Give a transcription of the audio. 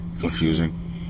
confusing